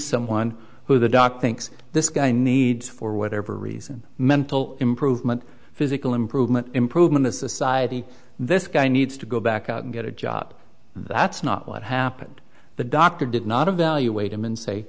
someone who the doc thinks this guy needs for whatever reason mental improvement physical improvement improvement to society this guy needs to go back out and get a job that's not what happened the doctor did not a valu